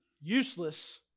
useless